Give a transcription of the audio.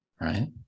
right